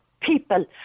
people